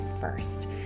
first